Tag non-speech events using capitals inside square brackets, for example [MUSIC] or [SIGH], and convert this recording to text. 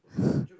[BREATH]